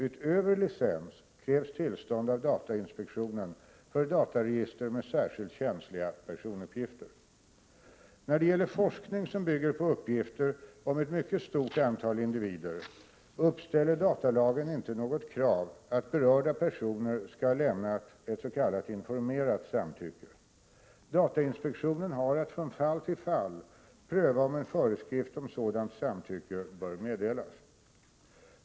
Utöver licens krävs tillstånd av datainspektionen för dataregister med särskilt känsliga personuppgifter. När det gäller forskning som bygger på uppgifter om ett mycket stort antal individer uppställer datalagen inte något krav att berörda personer skall ha lämnat ett s.k. informerat samtycke. Datainspektionen har att från fall till fall pröva om en föreskrift om sådant samtycke bör meddelas.